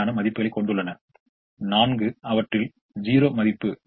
u1 0 ஐ என்று எடுத்துக்கொண்டு நாம் கணக்கிட ஆரம்பிக்கலாம்